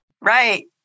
Right